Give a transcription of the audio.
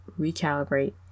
recalibrate